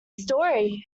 story